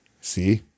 See